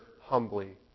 humbly